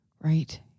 right